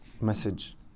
message